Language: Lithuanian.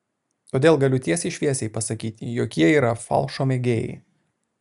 todėl galiu tiesiai šviesiai pasakyti jog jie yra falšo mėgėjai